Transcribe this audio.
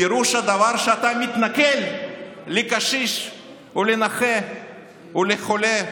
פירוש הדבר שאתה מתנכל לקשיש ולנכה וחולה,